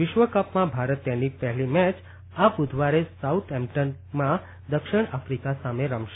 વિશ્વકપમાં ભારત તેની પહેલી મેચ આ બ્રધવારે સાઉધેમ્પ્ટનમાં દક્ષિણ આફ્રિકા સામે રમશે